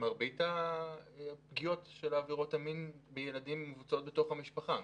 מרבית פגיעות של עבירות המין מבוצעות בתוך המשפחה,